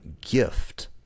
gift